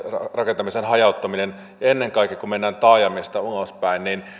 hajauttaminen ennen kaikkea kun mennään taajamista ulospäin